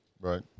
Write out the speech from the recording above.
right